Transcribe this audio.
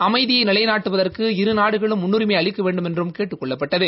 அமைதியை நிலைநாட்டுவதற்கு இரு நாடுகளும் முன்னுரிமை அளிக்க வேண்டுமென்றும் கேட்டுக் கொள்ளப்பட்டது